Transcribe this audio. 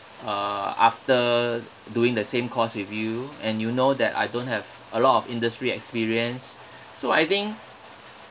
uh after doing the same course with you and you know that I don't have a lot of industry experience so I think